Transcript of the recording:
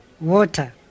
water